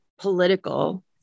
political